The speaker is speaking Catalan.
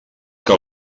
que